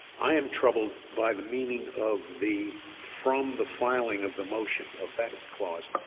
i am troubled by the meaning of the from the filing of the motion. of that clause.